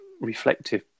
reflective